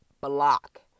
block